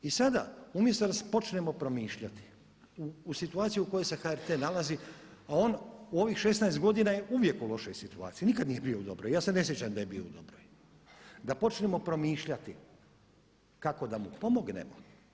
I sada umjesto da se počnemo promišljati u situaciju u kojoj se HRT nalazi a on u ovih 16 godina je uvijek u lošoj situaciji, nikad nije bio u dobroj, ja se ne sjećam da je bio u dobroj, da počnemo promišljati kako da mu pomognemo.